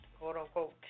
quote-unquote